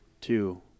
two